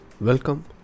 welcome